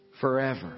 forever